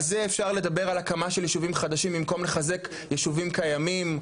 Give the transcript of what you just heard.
על זה אפשר לדבר על הקמה של יישובים חדשים במקום לחזק יישובים קיימים,